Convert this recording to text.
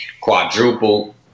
quadruple